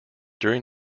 during